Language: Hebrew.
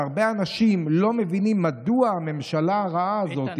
שהרבה אנשים לא מבינים מדוע הממשלה הרעה הזאת